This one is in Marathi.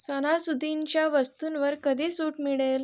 सणासुदींच्या वस्तूंवर कधी सूट मिळेल